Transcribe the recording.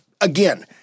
Again